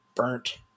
burnt